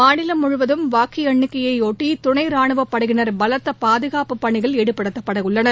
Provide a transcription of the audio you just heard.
மாநிலம் முழுவதும் வாக்கு எண்ணிக்கையையொட்டி துணை ரானுவ படையினர் பலத்த பாதுகாப்பு பணியில் ஈடுபடுத்தப்பட உள்ளனர்